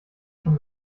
schon